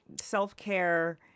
self-care